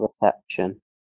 reception